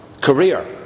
career